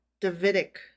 Davidic